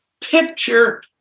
Picture